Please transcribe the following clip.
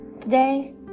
Today